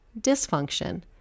dysfunction